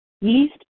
yeast